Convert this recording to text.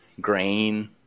grain